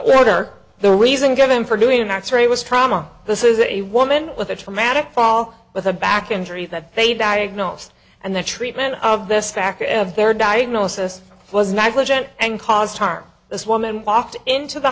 welder the reason given for doing an x ray was trauma this is a woman with a traumatic fall with a back injury that they diagnosed and the treatment of the stack of their diagnosis was negligent and caused harm this woman walked into the